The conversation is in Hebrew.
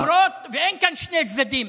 למרות, ואין כאן שני צדדים.